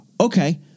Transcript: okay